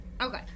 Okay